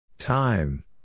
Time